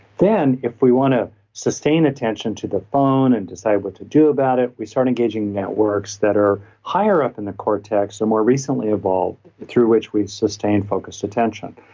then if we want to sustain attention to the phone and decide what to do about it, we start engaging networks that are higher up in the cortex or more recently evolved through which we've sustained focused attention.